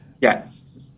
Yes